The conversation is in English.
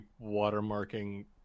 watermarking